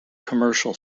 commercial